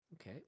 Okay